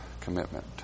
commitment